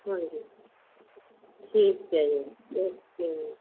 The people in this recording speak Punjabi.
ਹਾਂਜੀ ਠੀਕ ਹੈ ਜੀ ਓਕੇ